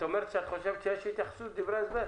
את אומרת שאת חושבת שיש התייחסות בדברי ההסבר?